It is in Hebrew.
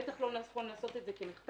בטח לא לעשות את זה כמחטף.